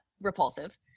repulsive